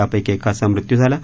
यापैकी एकाचा मृत्यू झाला आहे